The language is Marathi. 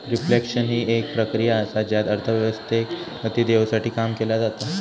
रिफ्लेक्शन हि एक प्रक्रिया असा ज्यात अर्थव्यवस्थेक गती देवसाठी काम केला जाता